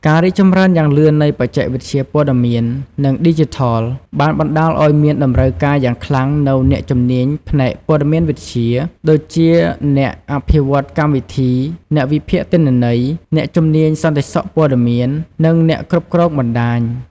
ការរីកចម្រើនយ៉ាងលឿននៃបច្ចេកវិទ្យាព័ត៌មាន និងឌីជីថល បានបណ្តាលឱ្យមានតម្រូវការយ៉ាងខ្លាំងនូវអ្នកជំនាញផ្នែក ព័ត៍មានវិទ្យា ដូចជា អ្នកអភិវឌ្ឍន៍កម្មវិធី អ្នកវិភាគទិន្នន័យ អ្នកជំនាញសន្តិសុខព័ត៌មាន និងអ្នកគ្រប់គ្រងបណ្ដាញ។